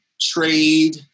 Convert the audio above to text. trade